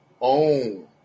own